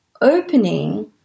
opening